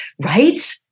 right